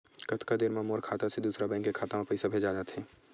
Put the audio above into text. कतका देर मा मोर खाता से दूसरा बैंक के खाता मा पईसा भेजा जाथे?